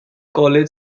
college